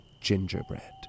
gingerbread